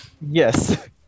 Yes